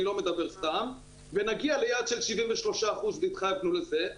אני לא מדבר סתם ונגיע ליעד של 73% והתחייבנו לזה.